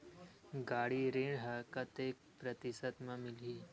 गाड़ी ऋण ह कतेक प्रतिशत म मिलही?